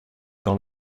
dans